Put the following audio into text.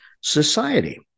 society